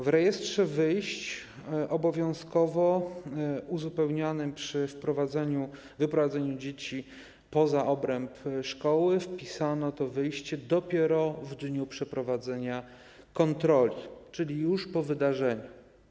W rejestrze wyjść, obowiązkowo uzupełnianym przy wyprowadzeniu dzieci poza obręb szkoły, wpisano to wyjście dopiero w dniu przeprowadzenia kontroli, czyli już po wydarzeniu.